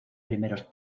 primeros